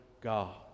God